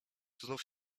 znów